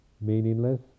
meaningless